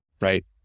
right